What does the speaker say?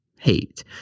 hate